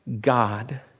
God